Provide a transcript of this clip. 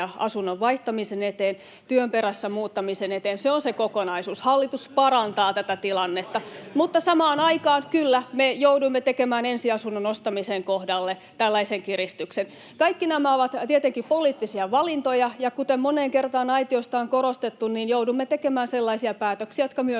asunnon vaihtamisen eteen, työn perässä muuttamisen eteen. Se on se kokonaisuus. Hallitus parantaa tätä tilannetta. [Mika Kari: Vaikeuttaa!] Mutta samaan aikaan, kyllä, me jouduimme tekemään ensiasunnon ostamisen kohdalle tällaisen kiristyksen. [Vasemmalta: Miksi?] Kaikki nämä ovat tietenkin poliittisia valintoja. Ja kuten moneen kertaan aitiosta on korostettu, niin joudumme tekemään sellaisia päätöksiä, jotka myös